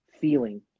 feeling